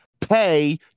pay